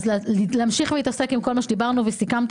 אז להמשיך להתעסק עם כל מה שדיברנו וסיכמת